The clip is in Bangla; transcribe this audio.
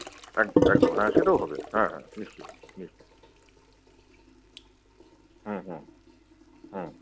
একদম একদম হ্যাঁ সেটাও হবে হ্যাঁ হ্যাঁ নিশ্চয়ই হুম হুম হুম